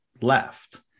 left